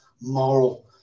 moral